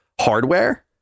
hardware